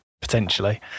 potentially